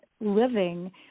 living